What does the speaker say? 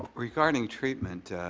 regarding treatment,